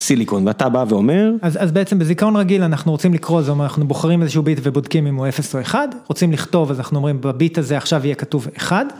סיליקון ואתה בא ואומר אז בעצם בזיכרון רגיל אנחנו רוצים לקרוא זה אומר אנחנו בוחרים איזשהו ביט ובודקים אם הוא 0 או 1 רוצים לכתוב אז אנחנו אומרים בביט הזה עכשיו יהיה כתוב 1